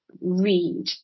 read